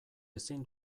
ezin